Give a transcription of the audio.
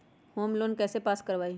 Home loan कैसे pass कर बाबई?